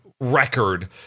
record